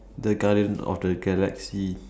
the guardians of the galaxy